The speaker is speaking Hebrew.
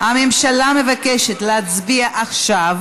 הממשלה מבקשת להצביע עכשיו,